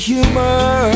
humor